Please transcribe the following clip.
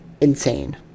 insane